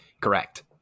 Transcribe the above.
correct